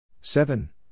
seven